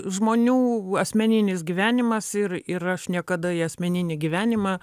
žmonių asmeninis gyvenimas ir ir aš niekada į asmeninį gyvenimą